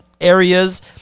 areas